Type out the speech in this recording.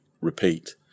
repeat